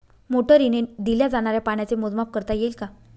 मोटरीने दिल्या जाणाऱ्या पाण्याचे मोजमाप करता येईल का?